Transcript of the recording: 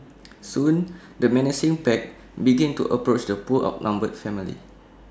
soon the menacing pack began to approach the poor outnumbered family